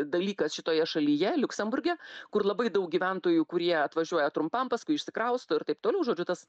dalykas šitoje šalyje liuksemburge kur labai daug gyventojų kurie atvažiuoja trumpam paskui išsikrausto ir taip toliau žodžiu tas